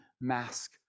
mask